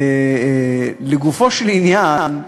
לגופו של עניין,